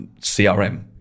CRM